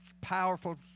powerful